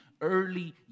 early